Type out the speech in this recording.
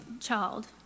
child